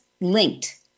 linked